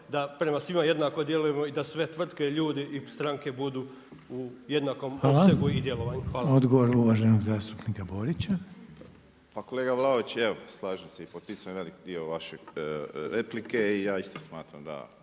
da prema svima jednako djelujemo i da sve tvrtke i ljudi i stranke budu u jednakom opsegu i djelovanju. Hvala. **Reiner, Željko (HDZ)** Hvala. Odgovor uvaženog zastupnika Borića. **Borić, Josip (HDZ)** Pa kolega Vlaović, evo slažem se, i potpisujem velik dio vaše replike, i ja isto smatram da